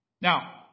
Now